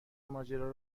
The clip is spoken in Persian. ماجرا